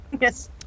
Yes